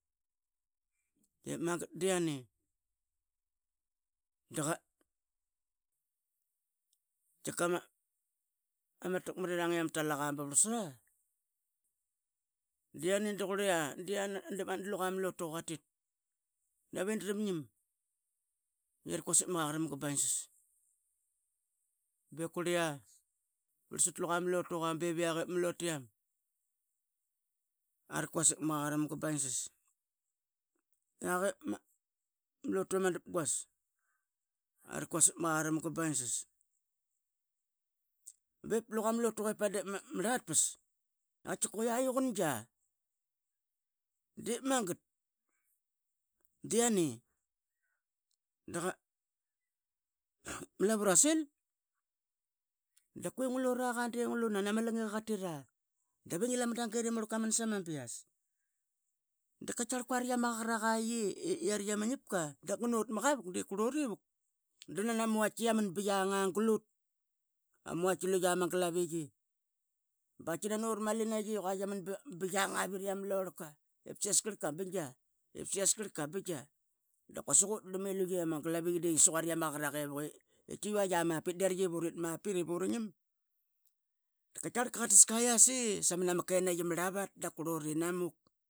Dep magat dianai dqa tkika ama. ama takmariring ima talaka ba varlsara, dia nai dqurli yie d;uqa mlo tuqa yiaritk quasik ma Qaqaram qa laingsas. Be quri yia parlsat luqa ma lotu qa be vick ip mlotiam a quasik ma Qaqaram qa baing sas. yiak ip ma lotu ama dapguas arquasik ma Qaqaram ka baing sas. Bep loqa mlotu qa ip padip ma rlatpas atkque yia uqun ngia. dep magat dia nai dqa mlavu rasil da quenglo raga de glu nam langi qa tira. Dave nglamadangila i make qa baing sas sama bias daqa tkiaqar quarla ma qaqaraqa yie. yia rait ama ngiap ka da ngnot ma qavuk de qrlorl vuk nana ma vaitki qia man bia nga glut ama glaviqi bqaitki nano rama nait na qi qua qia man bqua qiangglut. iqua qiang avir yia ma lorlka. Ip sias qarka bing dia. ip sias qarka bing dia da quasik udram yia ama glavi aqi de qi siquat iama qagraqe vuk. I qiuait mapit dia rip urit uringam qaitkqaqar qa tas ka yia se samna ma kenayi Rlavat da qrlori namuk.